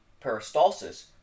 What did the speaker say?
Peristalsis